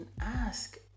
ask